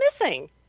missing